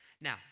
Now